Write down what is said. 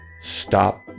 Stop